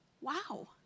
Wow